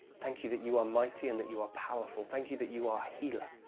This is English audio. thank you that you are mighty and that you are powerful. thank you that you are healer.